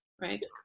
right